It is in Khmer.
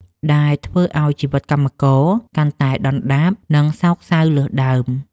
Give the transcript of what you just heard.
ដែលធ្វើឱ្យជីវិតកម្មករកាន់តែដុនដាប និងសោកសៅលើសដើម។